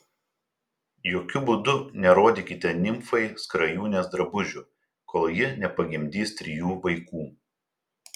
jokiu būdu nerodykite nimfai skrajūnės drabužių kol ji nepagimdys trijų vaikų